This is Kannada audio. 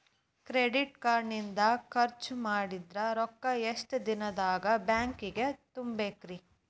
ಕ್ರೆಡಿಟ್ ಕಾರ್ಡ್ ಇಂದ್ ಖರ್ಚ್ ಮಾಡಿದ್ ರೊಕ್ಕಾ ಎಷ್ಟ ದಿನದಾಗ್ ಬ್ಯಾಂಕಿಗೆ ತುಂಬೇಕ್ರಿ?